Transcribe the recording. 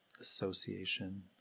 association